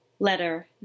Letter